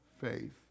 faith